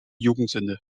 jugendsünde